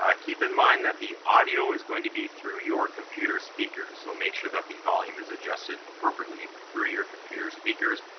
ah keep in mind that the audio is going to be through your computer speakers, so make sure that the volume is adjusted appropriately through your computer speakers.